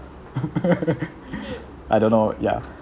I don't know ya